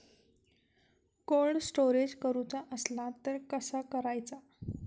Cold storage करूचा असला तर कसा करायचा?